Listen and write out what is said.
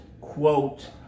quote